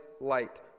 light